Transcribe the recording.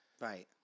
right